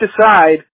decide